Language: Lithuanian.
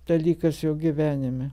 dalykas jo gyvenime